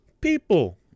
people